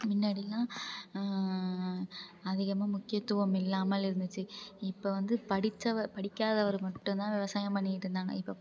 முன்னடிலாம் அதிகமாக முக்கியத்துவம் இல்லாமல் இருந்துச்சு இப்போ வந்து படித்தவர் படிக்காதவர் மட்டுந்தான் விவசாயம் பண்ணிவிட்டு இருந்தாங்க இப்போ